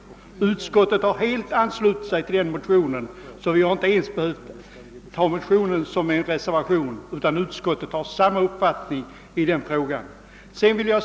Utskottet har helt anslutit sig till detta motionsyrkande, och därför har vi inte ens behövt skriva någon reservation om den saken. Utskottet har haft exakt samma uppfattning därvidlag.